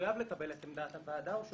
מחויב לקבל את עמדת הוועדה או שהוא